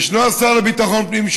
ישנו השר לביטחון פנים,